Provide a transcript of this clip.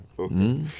Okay